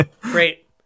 Great